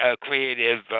Creative